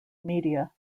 media